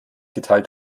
geteilt